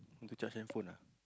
need to charge handphone ah